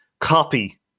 copy